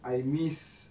I miss